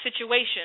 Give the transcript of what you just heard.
situation